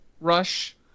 rush